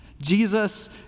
Jesus